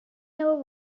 never